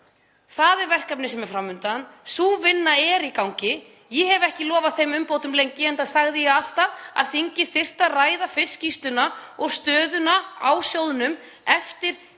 Það er verkefnið sem er fram undan. Sú vinna er í gangi. Ég hef ekki lofað þeim umbótum lengi, enda sagði ég alltaf að þingið þyrfti að ræða fyrst skýrsluna og stöðuna á sjóðnum eftir